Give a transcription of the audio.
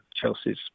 Chelsea's